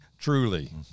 Truly